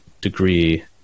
degree